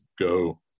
go